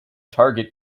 target